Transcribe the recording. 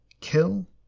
kill